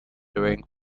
during